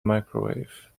microwave